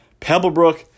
Pebblebrook